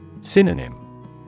Synonym